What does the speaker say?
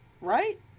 right